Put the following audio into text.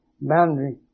boundary